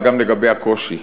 וגם לגבי הקושי.